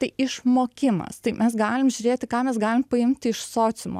tai išmokimas tai mes galim žiūrėti ką mes galim paimti iš sociumo